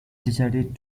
decided